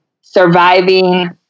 surviving